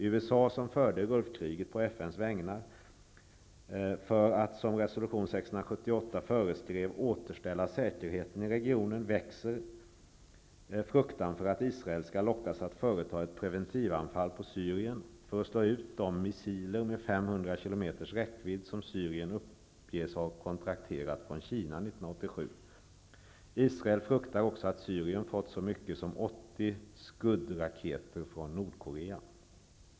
I USA, som förde Gulfkriget på FN:s vägnar för att -- som resolution 678 föreskrev -- återställa säkerheten i regionen, växer fruktan för att Israel skall lockas att företa ett preventivanfall på Syrien för att slå ut de missiler med 500 km räckvidd som Syrien uppges ha kontrakterat från Kina 1987. Israel fruktar också att Syrien har fått så mycket som 80 Scud-raketer från Nordkorea.